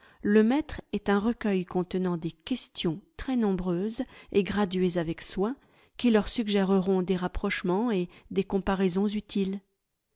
le maître ait un recueil contenant des questions très nombreuses et graduées avec soin qui leur suggéreront des rapprochements et des comparaisons utiles